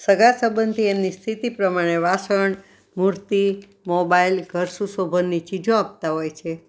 સગા સંબંધી એમની સ્થિતિ પ્રમાણે વાસણ મૂર્તિ મોબાઈલ ઘરસુશોભનની ચીજો આપતા હોય છે